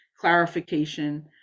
clarification